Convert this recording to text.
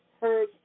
heard